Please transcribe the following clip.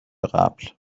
قبل